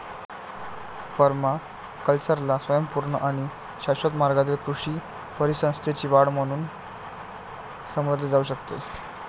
पर्माकल्चरला स्वयंपूर्ण आणि शाश्वत मार्गाने कृषी परिसंस्थेची वाढ म्हणून समजले जाऊ शकते